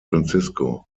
francisco